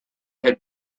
had